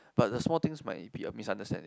but the small things might be a misunderstanding